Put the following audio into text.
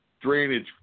drainage